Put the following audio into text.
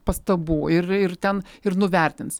pastabų ir ir ten ir nuvertins